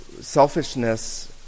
selfishness